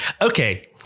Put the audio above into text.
Okay